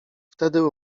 wtedy